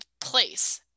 place